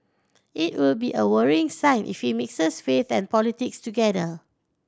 it will be a worrying sign if he mixes faith and politics together